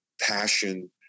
passion